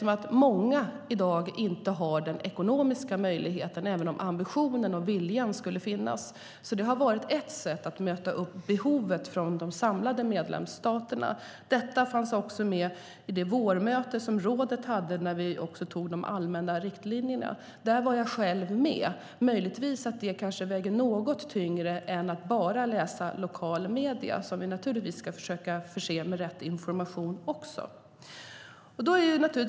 Många har inte den ekonomiska möjligheten även om ambitionen och viljan finns. Det har varit ett sätt att möta behovet från de samlade medlemsstaterna. Det fanns också med i det vårmöte som rådet hade när vi antog de allmänna riktlinjerna. Där var jag själv med. Det kanske väger något tyngre än att bara läsa lokala medier, även om vi naturligtvis ska försöka förse dem med rätt information.